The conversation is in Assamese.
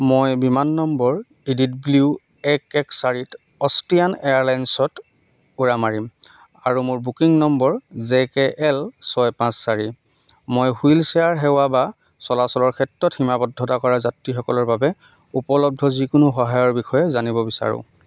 মই বিমান নম্বৰ ইডিড ব্লিউ এক এক চাৰিত অষ্ট্ৰিয়ান এয়াৰলাইনছত উৰা মাৰিম আৰু মোৰ booking number J K L ছয় পাঁচ চাৰি মই হুইলচেয়াৰ সেৱা বা চলাচলৰ ক্ষেত্ৰত সীমাৱদ্ধতা কৰা যাত্ৰীসকলৰ বাবে উপলব্ধ যিকোনো সহায়ৰ বিষয়ে জানিব বিচাৰোঁ